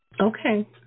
Okay